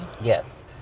yes